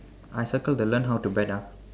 I circle the learn how to bet ah